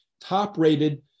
top-rated